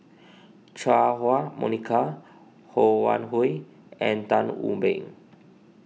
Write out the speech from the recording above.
Chua Huwa Monica Ho Wan Hui and Tan Wu Meng